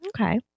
Okay